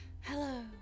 Hello